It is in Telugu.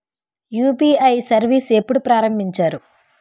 యు.పి.ఐ సర్విస్ ఎప్పుడు ప్రారంభించారు?